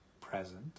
present